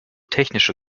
technische